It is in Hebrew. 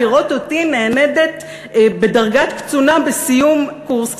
לראות אותי נענדת בדרגת קצונה בסיום קורס קצינות,